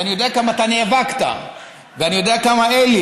ואני יודע כמה אתה נאבקת ואני יודע כמה אלי,